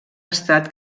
estat